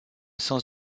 sens